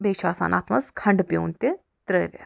بیٚیہِ چھُ آسان اتھ منٛز کھنڈٕ پیوٗنٛت تہِ ترٛٲوِتھ